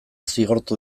zigortu